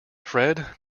fred